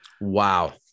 Wow